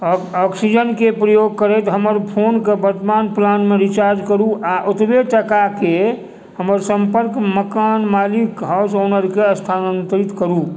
oxygen के प्रयोग करैत हमर फोन के वर्त्तमान प्लान मे रिचार्ज करू आ ओतबे टाकाके हमर सम्पर्क मकान मालिक हाउस ओनर के स्थानान्तरित करू